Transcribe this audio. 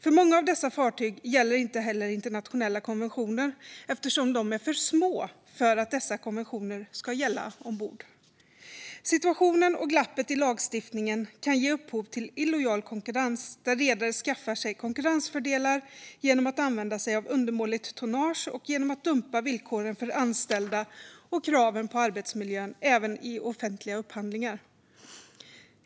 För många av dessa fartyg gäller inte heller internationella konventioner eftersom de är för små för att dessa konventioner ska gälla ombord. Situationen och glappet i lagstiftningen kan ge upphov till illojal konkurrens, där redare skaffar sig konkurrensfördelar genom att använda sig av undermåligt tonnage och genom att dumpa villkoren för anställda och kraven på arbetsmiljön, och det även i offentliga upphandlingar.